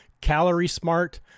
calorie-smart